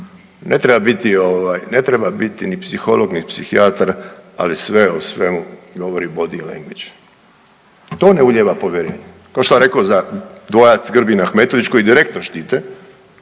ne treba biti ni psiholog ni psihijatar, ali sve o svemu govori body language. To ne ulijeva povjerenje, kao što sam rekao dvojac Grbin-Ahmetovac koji direktno štite,